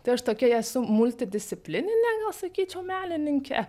tai aš tokia esu multidisciplininė gal sakyčiau menininkė